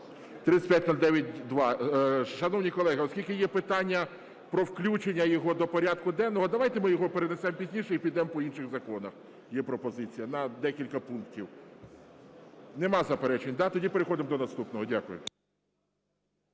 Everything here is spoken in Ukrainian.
3509-2. Шановні колеги, оскільки є питання про включення його до порядку денного, давайте ми його перенесемо пізніше і підемо по інших законах, є пропозиція, на декілька пунктів. Немає заперечень, да? Тоді переходимо до наступного. Дякую.